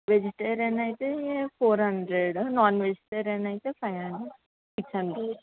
vegetarian అయితే four hundred non vegetarian అయితే five hundred six hundred